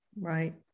Right